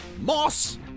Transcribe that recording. Moss